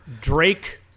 Drake